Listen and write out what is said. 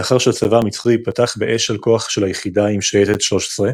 לאחר שהצבא המצרי פתח באש על כוח של היחידה עם שייטת 13,